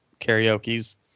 karaoke's